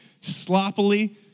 sloppily